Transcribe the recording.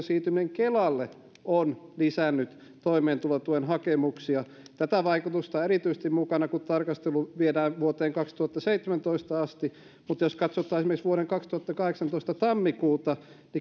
siirtyminen kelalle on lisännyt toimeentulotuen hakemuksia tätä vaikutusta on erityisesti mukana kun tarkastelu viedään vuoteen kaksituhattaseitsemäntoista asti jos taas katsotaan esimerkiksi vuoden kaksituhattakahdeksantoista tammikuuta